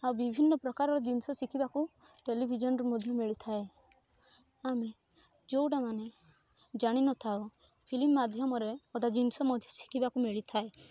ଆଉ ବିଭିନ୍ନ ପ୍ରକାରର ଜିନିଷ ଶିଖିବାକୁ ଟେଲିଭିଜନରୁ ମଧ୍ୟ ମିଳିଥାଏ ଆମେ ଯେଉଁଟା ମାନେ ଜାଣି ନଥାଉ ଫିଲ୍ମ ମାଧ୍ୟମରେ ଅଧା ଜିନିଷ ମଧ୍ୟ ଶିଖିବାକୁ ମିଳିଥାଏ